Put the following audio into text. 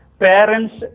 parents